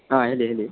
ಹಾಂ ಹೇಳಿ ಹೇಳಿ